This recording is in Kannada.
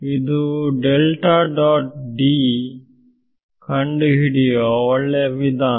ಇದು ಕಂಡುಹಿಡಿಯುವ ಒಳ್ಳೆಯ ವಿಧಾನ